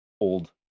old